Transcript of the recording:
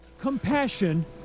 Compassion